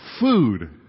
food